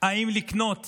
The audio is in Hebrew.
אם לקנות